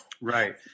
Right